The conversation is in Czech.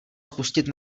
spustit